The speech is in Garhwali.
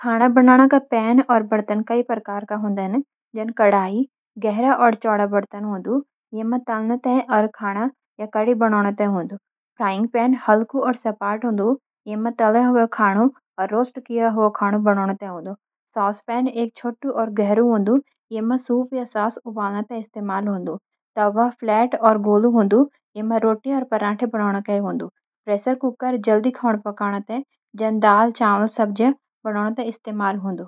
खाना बनान क पैन और बर्तन के कई प्रकार होदन जन :कढ़ाई – गहरे और चौड़े बर्तन होंदु, इमें तलन खाना या करी बनादा ते होंदु,। फ्राइंग पैन – हलका और सपाट होंदु, इमें तला हुआ खानू या रोस्ट हुआ खानू बनॉन ते होंदु। सॉस पैन – छोटू और गहरा होंदु, इमें सूप, सॉस या उबालने के इस्तेमाल होंदु। तवा – फ्लैट और गोल, रोटियां या पराठे बनॉन के हों दु। प्रेशर कुकर – जल्दी खाना पकान के इस्तेमाल हों दु, जैन की दाल, चावल, सब्जियां।